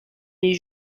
des